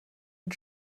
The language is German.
mit